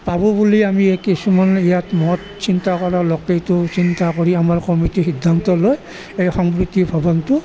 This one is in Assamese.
পাব বুলি আমি এই কিছুমান ইয়াত মত চিন্তা কৰা লোকে এইটো চিন্তা কৰি আমাৰ কমিতিয়ে সিদ্ধান্ত লয় এই সম্প্ৰীতি ভৱনটো